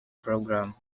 program